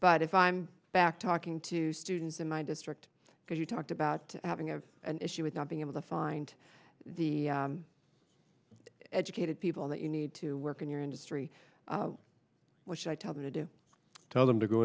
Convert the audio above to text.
but if i'm back talking to students in my district because you talked about having as an issue with not being able to find the educated people that you need to work in your industry what should i tell them to do tell them to go